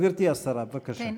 גברתי השרה, בבקשה.